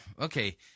okay